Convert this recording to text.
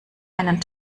einen